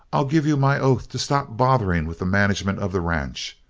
i'll give you my oath to stop bothering with the management of the ranch.